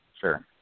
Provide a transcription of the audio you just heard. sure